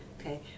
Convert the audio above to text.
Okay